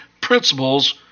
principles